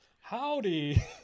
Howdy